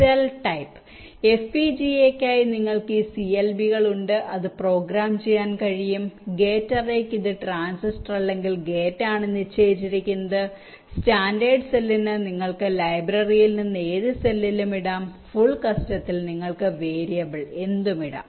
cell type FPGA യ്ക്കായി നിങ്ങൾക്ക് ഈ CLB കൾ ഉണ്ട് അത് പ്രോഗ്രാം ചെയ്യാൻ കഴിയും ഗേറ്റ് അറേയ്ക്ക് ഇത് ട്രാൻസിസ്റ്റർ അല്ലെങ്കിൽ ഗേറ്റ് ആണ് നിശ്ചയിച്ചിരിക്കുന്നത് സ്റ്റാൻഡേർഡ് സെല്ലിന് നിങ്ങൾക്ക് ലൈബ്രറിയിൽ നിന്ന് ഏത് സെല്ലിലും ഇടാം ഫുൾ കസ്റ്റത്തിൽ നിങ്ങൾക്ക് വേരിയബിൾ എന്തും ഇടാം